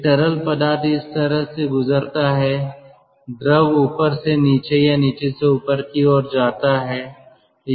एक तरल पदार्थ इस तरह से गुजरता है द्रव ऊपर से नीचे या नीचे से ऊपर की ओर जाता है